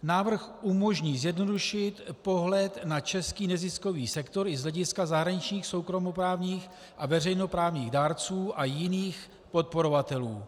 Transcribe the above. Návrh umožní zjednodušit pohled na český neziskový sektor i z hlediska zahraničních soukromoprávních a veřejnoprávních dárců a jiných podporovatelů.